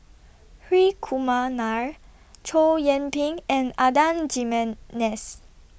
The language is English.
Hri Kumar Nair Chow Yian Ping and Adan Jimenez